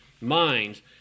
minds